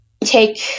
take